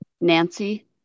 Nancy